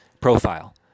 profile